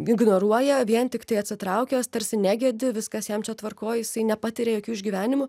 ignoruoja vien tiktai atsitraukęs tarsi negedi viskas jam čia tvarkoj jisai nepatiria jokių išgyvenimų